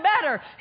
better